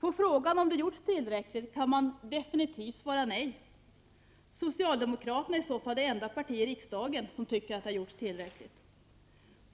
På frågan om det gjorts tillräckligt kan man definitivt svara nej. Om socialdemokraterna har en annan uppfattning är de i så fall det enda parti i riksdagen som tycker att det har gjorts tillräckligt.